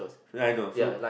I know so